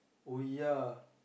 oh ya